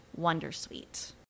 Wondersuite